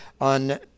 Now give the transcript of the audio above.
on